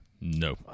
No